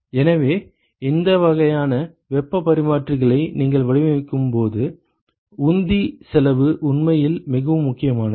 எனவே இந்த வகையான வெப்பப் பரிமாற்றிகளை நீங்கள் வடிவமைக்கும் போது உந்தி செலவு உண்மையில் மிகவும் முக்கியமானது